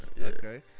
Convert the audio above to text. okay